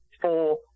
four